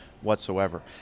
whatsoever